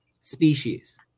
species